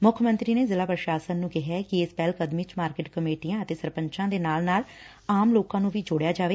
ਮੁੱਖ ਮੰਤਰੀ ਨੇ ਜ਼ਿਲ੍ਹਾ ਪ੍ਰਸ਼ਾਸਨ ਨੂੰ ਕਿਹੈ ਕਿ ਇਸ ਪਹਿਲ ਕਦਮੀ ਚ ਮਾਰਕਿਟ ਕਮੇਟੀਆਂ ਅਤੇ ਸਰਪੰਚਾ ਦੇ ਨਾਲ ਨਾਲ ਆਮ ਲੋਕਾ ਨੂੰ ਵੀ ਜੋੜਿਆ ਜਾਵੇ